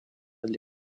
для